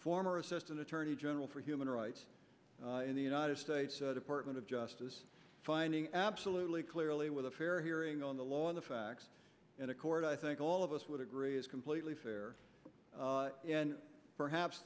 former assistant attorney general for human rights in the united states department of justice finding absolutely clearly with a fair hearing on the law on the facts in a court i think all of us would agree is completely fair and perhaps